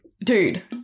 Dude